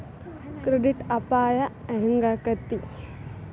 Credit ಅಪಾಯಾ ಹೆಂಗಾಕ್ಕತೇ?